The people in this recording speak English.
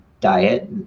diet